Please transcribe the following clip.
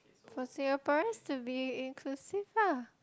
for Singaporeans to be inclusive lah